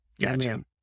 gotcha